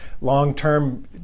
long-term